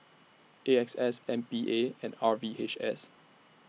A X S M P A and R V H S